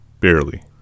Barely